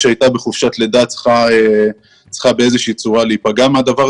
שהייתה בחופשת לידה צריכה באיזושהי צורה להיפגע עקב כך.